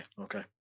okay